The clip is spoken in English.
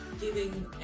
giving